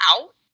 out